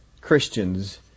Christians